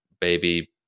baby